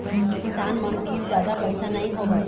किसान मन तीर जादा पइसा नइ होवय